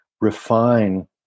refine